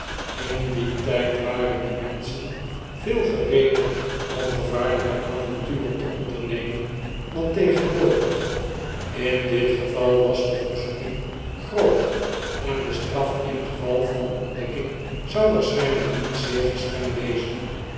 in dien tyd waren de menschen veel gereeder om gevaarlijke avonturen te ondernemen dan tegenwoordig in dit geval was deverzoeking groot en de straf ingeval van ontdekking zou waarschijniyk niet zeer gestreng wezen